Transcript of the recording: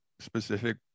specific